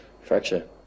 fracture